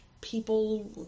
people